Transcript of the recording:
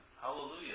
hallelujah